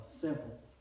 simple